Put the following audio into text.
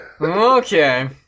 Okay